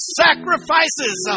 sacrifices